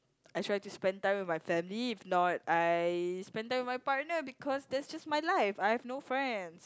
I try to spend time with my family if not I spend time with my partner because that's just my life I have no friends